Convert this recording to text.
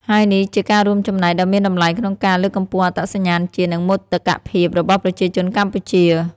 ហើយនេះជាការរួមចំណែកដ៏មានតម្លៃក្នុងការ លើកកម្ពស់អត្តសញ្ញាណជាតិ និងមោទកភាពរបស់ប្រជាជនកម្ពុជា។